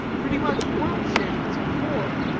pretty much worm-shaped as before.